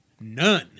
None